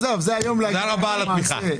תודה רבה על התמיכה.